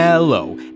Hello